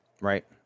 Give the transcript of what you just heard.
Right